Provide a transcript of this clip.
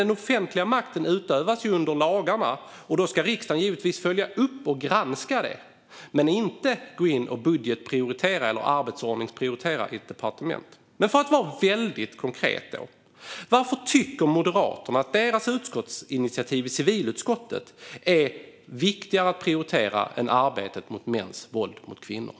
Den offentliga makten utövas under lagarna, och riksdagen ska givetvis följa upp och granska detta. Men den ska inte gå in och budgetprioritera eller arbetsordningsprioritera i ett departement. För att vara väldigt konkret: Varför tycker Moderaterna att deras utskottsinitiativ i civilutskottet är viktigare att prioritera än arbetet mot mäns våld mot kvinnor?